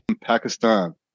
Pakistan